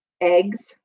eggs